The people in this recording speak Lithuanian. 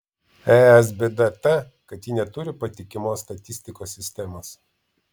es bėda ta kad ji neturi patikimos statistikos sistemos